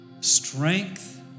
Strength